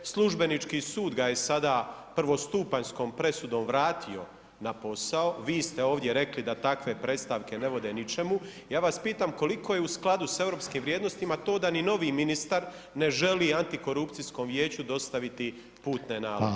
Službenički sud je sada prvostupanjskom presudom vratio na posao, vi ste ovdje rekli da takve predstavke ne vode ničemu, ja vas pitam koliko je u skladu s europskim vrijednostima to da ni novi ministar ne želi antikorupcijskom vijeću dostaviti putne naloge iz Australije?